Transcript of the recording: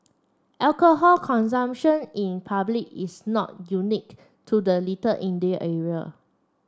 alcohol consumption in public is not unique to the Little India area